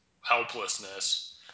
helplessness